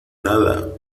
nada